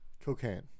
Cocaine